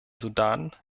sudan